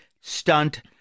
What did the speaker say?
stunt